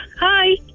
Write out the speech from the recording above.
Hi